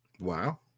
wow